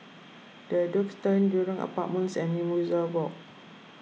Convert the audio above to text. the Duxton Jurong Apartments and Mimosa Walk